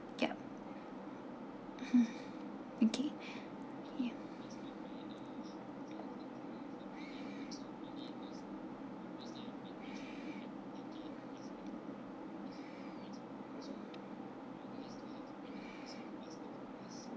yup hmm okay